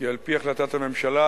כי על-פי החלטת הממשלה,